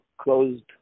closed